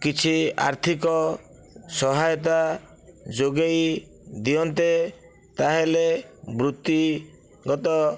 କିଛି ଆର୍ଥିକ ସହାୟାତା ଯୋଗେଇ ଦିଅନ୍ତେ ତାହାହେଲେ ବୃତ୍ତିଗତ